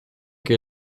che